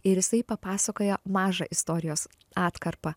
ir jisai papasakojo mažą istorijos atkarpą